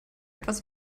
etwas